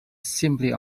simply